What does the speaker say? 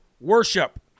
worship